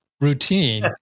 routine